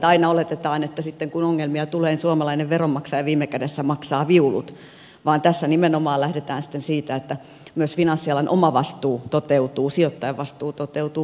aina oletetaan että sitten kun ongelmia tulee suomalainen veronmaksaja viime kädessä maksaa viulut mutta tässä nimenomaan lähdetään siitä että myös finanssialan omavastuu toteutuu sijoittajavastuu toteutuu pankkien vastuu